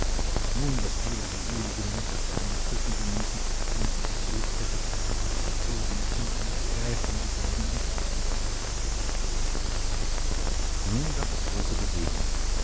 nun was würde die selige mutter für ein entzücken genießen wenn sie noch erlebt hätte daß das verzogene kind eine gräfin geworden ist nun gab es große bewegung